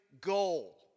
goal